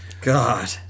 God